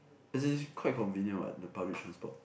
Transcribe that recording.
as in is quite convenient what the public transport